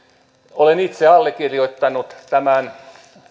olen itse allekirjoittanut tämän